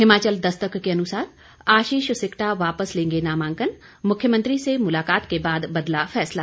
हिमाचल दस्तक के अनुसार आशीष सिक्टा वापस लेंगे नामांकन मुख्यमंत्री से मुलाकात के बाद बदला फैसला